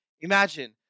imagine